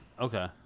Okay